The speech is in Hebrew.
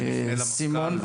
סימון,